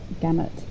gamut